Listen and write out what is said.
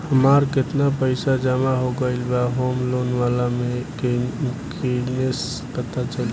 हमार केतना पईसा जमा हो गएल बा होम लोन वाला मे कइसे पता चली?